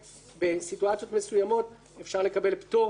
במצבים מסוימים אפשר לקבל פטור על מעשים